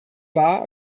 war